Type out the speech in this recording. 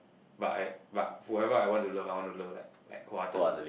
but I but forever I want to love I want to love like like wholeheartedly